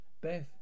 Beth